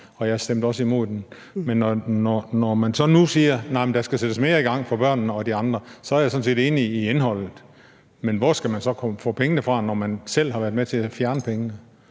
og jeg stemte også imod den. Men når man så nu siger, at der skal sættes mere i gang for børnene og de andre, er jeg sådan set enig i indholdet, men hvor skal de få pengene fra, når man selv har været med til at fjerne pengene?